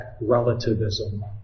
relativism